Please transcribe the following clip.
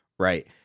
Right